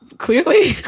clearly